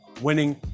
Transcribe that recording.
winning